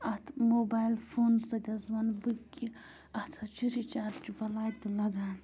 اَتھ موبایِل فونہٕ سۭتۍ حظ وَنہٕ بہٕ کہِ اَتھ حظ چھِ رِچارٕجہِ بَلاے تہِ لَگان